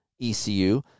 ECU